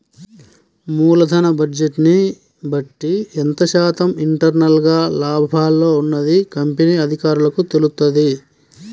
మూలధన బడ్జెట్ని బట్టి ఎంత శాతం ఇంటర్నల్ గా లాభాల్లో ఉన్నది కంపెనీ అధికారులకు తెలుత్తది